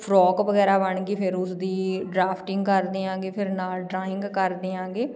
frock ਵਗੈਰਾ ਬਣ ਗਈ ਫਿਰ ਉਸ ਦੀ ਡਰਾਫਟਿੰਗ ਕਰਦਿਆਂਗੇ ਫਿਰ ਨਾਲ ਡਰਾਇੰਗ ਕਰਦਿਆਂਗੇ